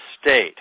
state